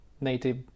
native